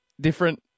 different